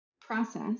process